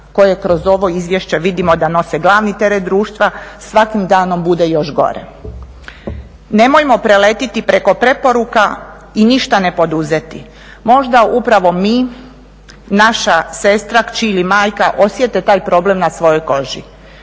koje kroz ovo izvješće vidimo da nose glavni teret društva, svakim danom bude još gore. Nemojmo preletiti preko preporuka i ništa ne poduzeti. Možda upravo mi, naša sestra, kći ili majka osjete taj problem na svojoj koži,